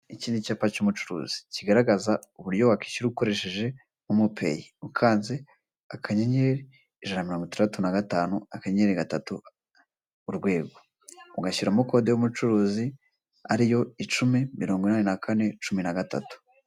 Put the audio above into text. Iki ni icyapa cy'umucuruzi kigaragaza uburyo wakwishyura ukoresheje momo peyi, ukanze akanyenyeri ijana na mirongo itandatu na gatanu akanyenyeri gatatu urwego, ugashyiramo kode y'umucuruzi ariyo icumi mirongo inane na kane cumi na gatatu.